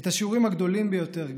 את השיעורים הגדולים ביותר,